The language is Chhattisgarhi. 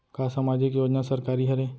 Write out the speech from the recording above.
का सामाजिक योजना सरकारी हरे?